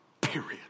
period